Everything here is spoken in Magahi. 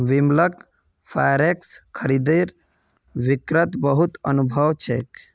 बिमलक फॉरेक्स खरीद बिक्रीत बहुत अनुभव छेक